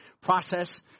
process